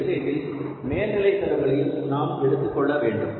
இந்த இடத்தில் மேல்நிலை செலவுகளையும் நாம் எடுத்துக் கொள்ள வேண்டும்